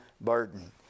burden